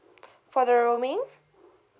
for the roaming